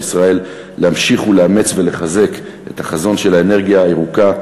ישראל להמשיך ולאמץ ולחזק את החזון של האנרגיה הירוקה,